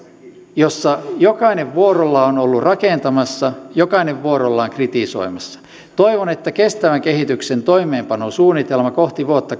jossa jokainen vuorollaan on ollut rakentamassa ja jokainen vuorollaan kritisoimassa toivon että kestävän kehityksen toimeenpanosuunnitelma kohti vuotta